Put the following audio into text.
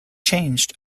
changed